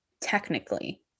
technically